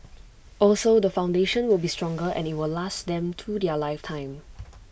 also the foundation will be stronger and IT will last them through their lifetime